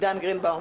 עידן גרינבאום.